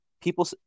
People